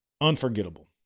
unforgettable